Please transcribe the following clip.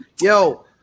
Yo